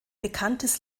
bekanntes